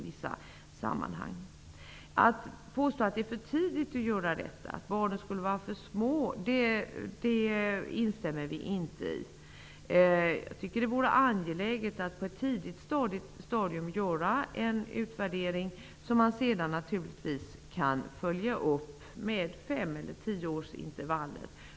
Att påstå att det skulle vara för tidigt att göra denna utvärdering eller att barnen skulle vara för små kan vi inte hålla med om. Det vore angeläget att på ett tidigt stadium få till stånd en utvärdering, så att man sedan med femeller tioårsintervaller kan göra en uppföljning.